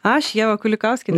aš ieva kulikauskienė